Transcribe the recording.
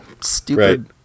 stupid